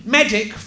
Medic